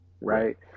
right